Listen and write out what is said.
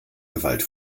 gewalt